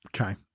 Okay